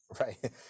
right